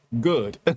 Good